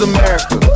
America